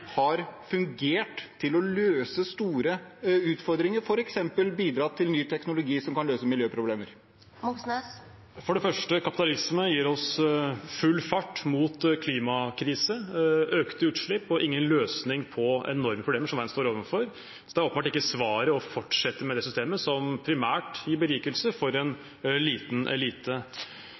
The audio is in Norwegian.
har fungert for å løse store utfordringer, f.eks. bidratt til ny teknologi som kan løse miljøproblemer? For det første: Kapitalismen gir oss full fart mot klimakrise, økte utslipp og ingen løsning på de enorme problemene verden står overfor. Det er åpenbart ikke svaret å fortsette med det systemet som primært gir berikelse for en liten elite.